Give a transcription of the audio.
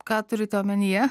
ką turite omenyje